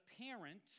parent